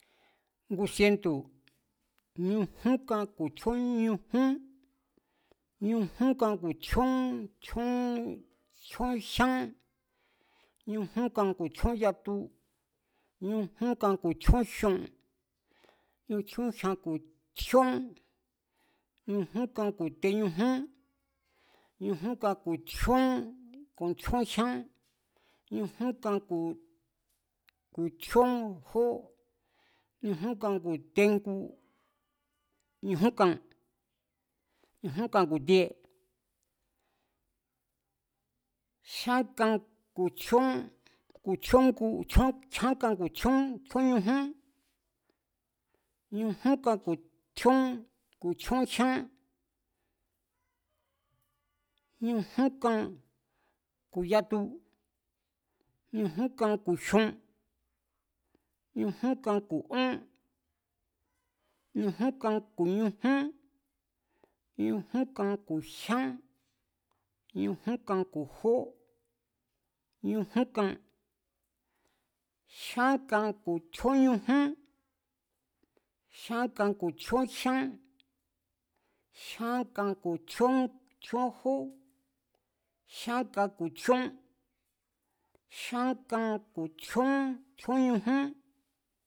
Ngu sientu̱, ñujún kan ku̱ tjíón ñujún, ñujún kan ku̱ tjíón jyán, ñujúnkan ku̱ tjíón yatu, ñujún kan ku̱ tjíón jyion, ñujún kan ku̱ tjíón, ñujún kan ku̱ teñujún, ñujún kan ku̱ tjíón jyán, ñujún kan ku̱ tjíón jó, ñujún kan ku̱ tejngu, nujún kan, ñujún kan ku̱ tie, jyán kan ku̱ tjíón, ku̱ tjíónjgu, jyán kan ku̱ tjíón, tjíón ñujún, ñujún kan ku̱ tjíón jyán, ñujúnkan ku̱ yatu, ñujúnkan ku̱ jyon, ñujúnkan ku̱ ón, ñjún kan ku̱ ñujún, ñujún kan ku̱ jyán, ñujún kan ku̱ jó, ñujún kan, jyán kan ku̱ tjíón ñujún, jyán kan ku̱ tjíón jyan, jyán kan ku̱ tjíón jó, jyán kan ku̱ tjíó, jyán kan ku̱ tjíón, tjíón ñujún